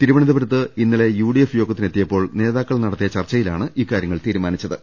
തിരുവനന്തപുരത്ത് ഇന്നലെ യുഡിഎഫ് യോഗ ത്തിന് എത്തിയപ്പോൾ നേതാക്കൾ നടത്തിയ ചർച്ചയിലാണ് ഇക്കാ ര്യങ്ങൾ തീരുമാനിച്ചത്